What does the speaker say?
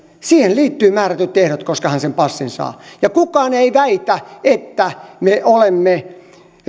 siihen liittyy määrätyt ehdot koska hän sen passin saa kukaan ei väitä että me olemme